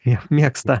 jie mėgsta